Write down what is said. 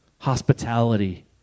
hospitality